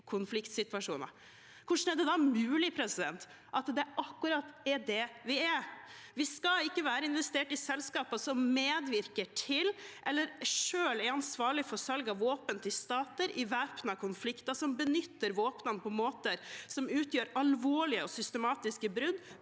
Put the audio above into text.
Hvordan er det da mulig at det er akkurat det vi har? Vi skal ikke ha investeringer i selskaper som medvirker til eller selv er ansvarlig for salg av våpen til stater i væpnede konflikter som benytter våpnene på måter som utgjør alvorlige og systematiske brudd